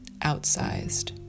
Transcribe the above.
outsized